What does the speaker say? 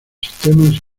sistemas